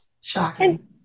Shocking